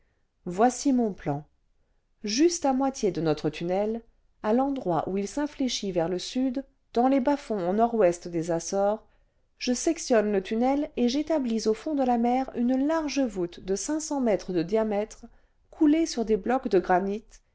voici mon plan juste à moitié de notre tunnel à l'endroit où il s'infléchit vers le sud dans les bas foncls au nord-ouest des açores je sectionne le tunnel et j'établis au fond de la mer une large voûte de cinq cents mètres de diamètre coulée sur des blocs cle granit